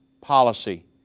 policy